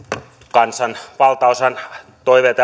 kansan valtaosan toiveita